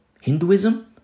Hinduism